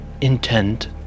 intent